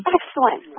Excellent